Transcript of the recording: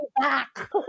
back